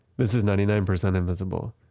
this is ninety nine percent invisible.